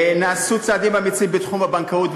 נעשו צעדים אמיצים בתחום הבנקאות,